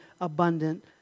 abundant